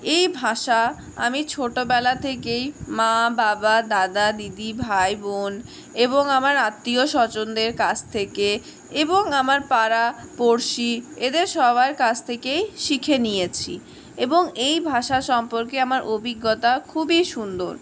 এই ভাষা আমি ছোটোবেলা থেকেই মা বাবা দাদা দিদি ভাই বোন এবং আমার আত্মীয় স্বজনদের কাছ থেকে এবং আমার পাড়া পড়শি এদের সবার কাছ থেকেই শিখে নিয়েছি এবং এই ভাষা সম্পর্কে আমার অভিজ্ঞতা খুবই সুন্দর